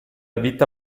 vita